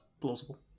plausible